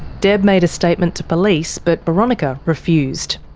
deb made a statement to police, but boronika refused.